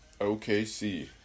OKC